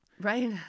Right